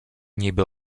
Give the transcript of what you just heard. niby